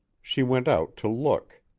she went out to look.